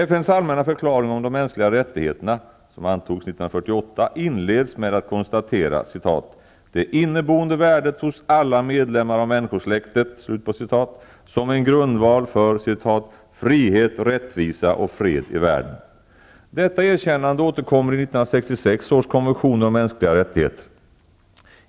FN:s Allmänna förklaring om de mänskliga rättigheterna, som antogs 1948, inleds med att konstatera ''det inneboende värdet hos alla medlemmar av människosläktet'' som en grundval för ''frihet, rättvisa och fred i världen''. Detta erkännande återkommer i 1966 års konventioner om mänskliga rättigheter.